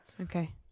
Okay